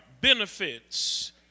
benefits